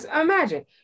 Imagine